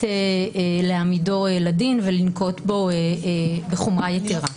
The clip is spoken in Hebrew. להעמידו לדין ולנקוט בו בחומרה יתרה.